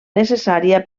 necessària